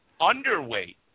underweight